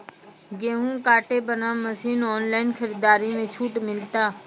गेहूँ काटे बना मसीन ऑनलाइन खरीदारी मे छूट मिलता?